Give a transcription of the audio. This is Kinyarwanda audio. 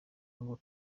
ngo